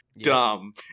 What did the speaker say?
dumb